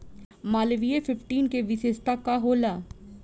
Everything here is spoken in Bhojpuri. मालवीय फिफ्टीन के विशेषता का होला?